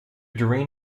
doreen